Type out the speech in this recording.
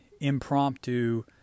impromptu